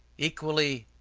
equally,